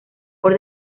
por